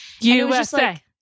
USA